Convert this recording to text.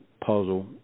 puzzle